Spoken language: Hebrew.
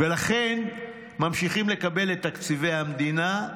ולכן ממשיכים לקבל את תקציבי המדינה.